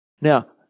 Now